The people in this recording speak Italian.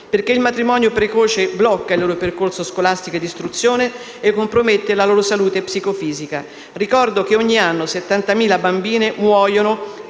destino. Il matrimonio precoce blocca infatti il loro percorso scolastico e d'istruzione e compromette la loro salute psicofisica. Ricordo che ogni anno 70.000 bambine muoiono